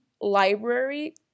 Library